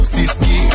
Siski